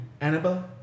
Annabelle